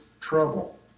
trouble